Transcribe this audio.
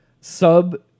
sub